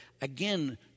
Again